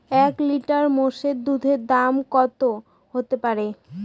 এক লিটার মোষের দুধের দাম কত হতেপারে?